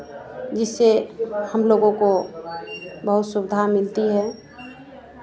जिससे हम लोगों को बहुत सुविधा मिलती है